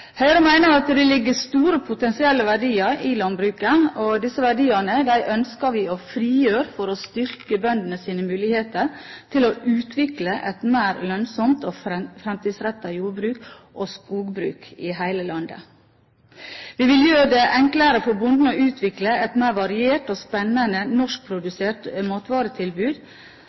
Høyre mener at det ligger store potensielle verdier i landbruket. Disse verdiene ønsker vi å frigjøre for å styrke bøndenes muligheter til å utvikle et mer lønnsomt og fremtidsrettet jordbruk og skogbruk i hele landet. Vi vil gjøre det enklere for bonden å utvikle et mer variert og spennende norskprodusert matvaretilbud,